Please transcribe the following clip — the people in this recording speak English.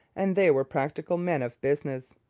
and they were practical men of business.